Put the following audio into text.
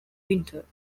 winter